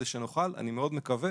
כדי שנוכל אני מאוד מקווה